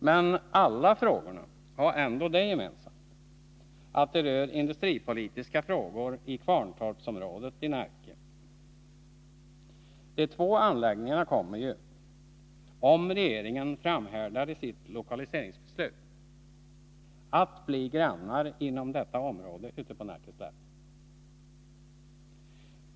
Men alla frågorna har ändå det gemensamt att de rör industripolitiska frågor i Kvarntorpsområdet i Närke. De två anläggningarna kommer ju, om regeringen framhärdar i sitt lokaliseringsbeslut, att bli grannar inom detta område ute på Närkeslätten.